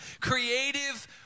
creative